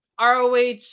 ROH